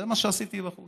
זה מה שעשיתי לו,